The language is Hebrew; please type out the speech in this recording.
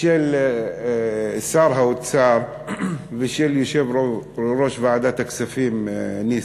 של שר האוצר ושל יושב-ראש ועדת הכספים, ניסן.